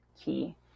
key